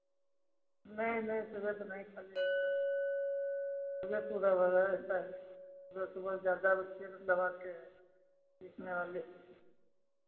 नहीं नहीं सुबह तो नहीं खाली रहता है सुबह पूरा भरा रहता है सुबह सुबह ज़्यादा बच्चे मतलब आते हैं सीखने वाले